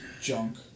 junk